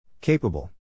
Capable